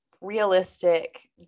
realistic